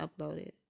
uploaded